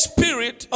Spirit